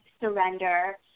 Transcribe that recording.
surrender